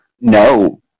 No